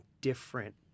different